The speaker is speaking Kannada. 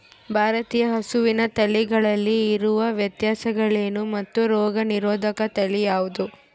ಭಾರತೇಯ ಹಸುವಿನ ತಳಿಗಳಲ್ಲಿ ಇರುವ ವ್ಯತ್ಯಾಸಗಳೇನು ಮತ್ತು ರೋಗನಿರೋಧಕ ತಳಿ ಯಾವುದು?